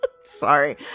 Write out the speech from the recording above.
Sorry